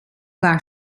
war